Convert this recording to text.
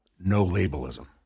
no-labelism